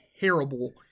terrible